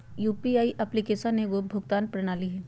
UPI application एगो भुगतान प्रणाली हइ